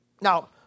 Now